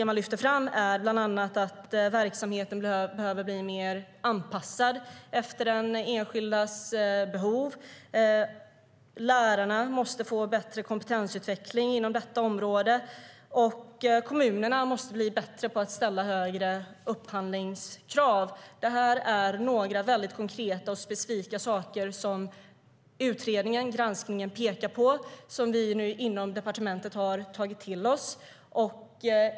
Man lyfter bland annat fram att verksamheten behöver anpassas mer efter den enskildas behov, att lärarna måste få bättre kompetensutveckling inom detta område och att kommunerna måste bli bättre på att ställa högre upphandlingskrav. Det är några väldigt konkreta och specifika saker som granskningen pekar på och som vi nu har tagit till oss på departementet.